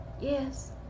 Yes